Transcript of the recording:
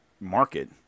market